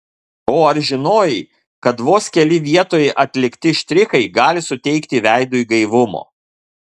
o ar žinojai kad vos keli vietoje atlikti štrichai gali suteikti veidui gaivumo